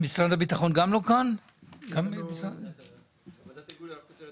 שהממשלה עושה כדי לקדם את